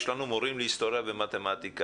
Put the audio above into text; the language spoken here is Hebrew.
יש לנו מורים להיסטוריה ומתמטיקה.